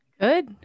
Good